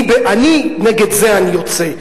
נגד זה אני יוצא.